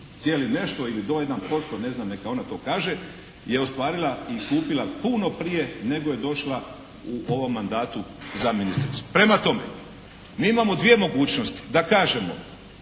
cijelih nešto, ili do 1%, ne znam, neka ona to kaže je ostvarila i kupila puno prije nego je došla u ovom mandatu za ministricu. Prema tome, mi imamo dvije mogućnosti. Da kažemo,